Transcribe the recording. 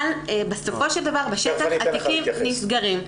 אבל בסופו של דבר, בשטח, התיקים נסגרים.